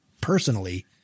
personally